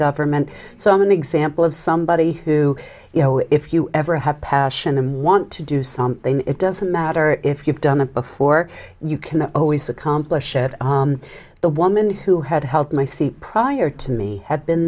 government so i'm an example of somebody who you know if you ever have passion and want to do something it doesn't matter if you've done it before you can always accomplish it the woman who had helped my see prior to me had been